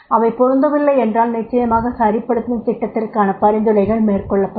அவை பொருந்தவில்லை என்றால் நிச்சயமாக சரிப்படுத்தும் திட்டத்திற்கான பரிந்துரைகள் மேற்கொள்ளப்படும்